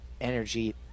energy